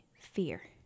fear